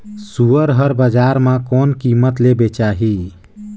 सुअर हर बजार मां कोन कीमत ले बेचाही?